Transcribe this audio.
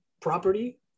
property